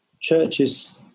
Churches